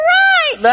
right